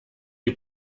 die